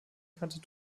bekannte